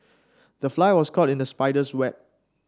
the fly was caught in the spider's web